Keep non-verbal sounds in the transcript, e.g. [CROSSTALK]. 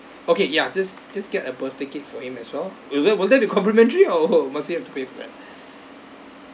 okay ya just just get a birthday cake for him as well will that will that be complimentary [LAUGHS] or must you have to pay for that